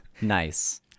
Nice